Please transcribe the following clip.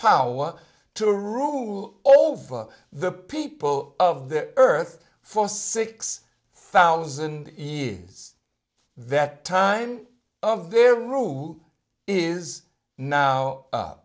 power to rule over the people of the earth for six thousand years that time of their rule is now u